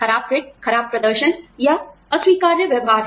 खराब फिट खराब प्रदर्शन या अस्वीकार्य व्यवहार है